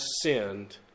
sinned